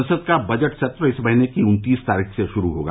संसद का बजट सत्र इस महीने की उन्तीस तारीख से शुरू होगा